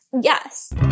Yes